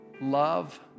love